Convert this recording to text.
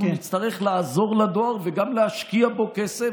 אנחנו נצטרך לעזור לדואר וגם להשקיע בו כסף,